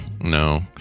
no